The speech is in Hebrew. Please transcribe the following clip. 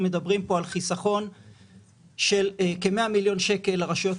מביאים כוסות ריקות של ארומה לדיון כזה